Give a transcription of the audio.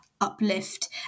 uplift